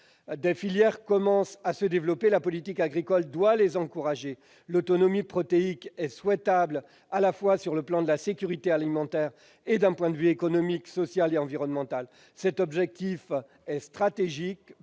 Des filières commencent à se développer et la politique agricole doit les encourager. L'autonomie protéique est souhaitable à la fois sur le plan de la sécurité alimentaire et d'un point de vue économique, social et environnemental. Cet objectif est stratégique